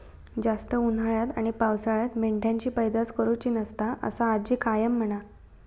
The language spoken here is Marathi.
जास्त उन्हाळ्यात आणि पावसाळ्यात मेंढ्यांची पैदास करुची नसता, असा आजी कायम म्हणा